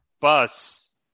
bus